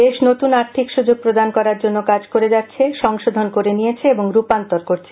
দেশ নতুন আর্থিক সুযোগ প্রদান করার জন্য কাজ করে যাচ্ছে সংশোধন করে নিয়েছে রূপান্তর করছে